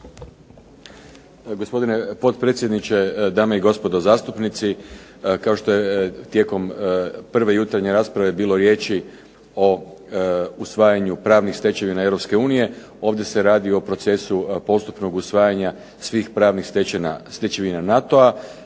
Gospodine potpredsjedniče, dame i gospodo zastupnici. Kao što je tijekom prve jutarnje rasprave bilo riječi o usvajanju pravnih stečevina Europske unije ovdje se radi o procesu postupnog usvajanja svih pravnih stečevina NATO-a.